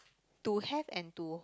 to have and to